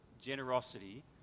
generosity